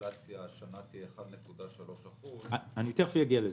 שהאינפלציה השנה תהיה 1.3% -- אני תכף אגיע לזה.